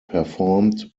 performed